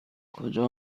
کجا